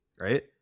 right